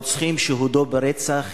הרוצחים שהודו ברצח